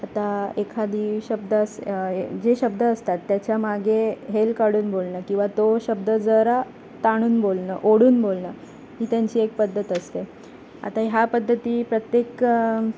आता एखादी शब्द असं जे शब्द असतात त्याच्यामागे हेल काढून बोलणं किंवा तो शब्द जरा ताणून बोलणं ओढून बोलणं ही त्यांची एक पद्धत असते आता ह्या पद्धती प्रत्येक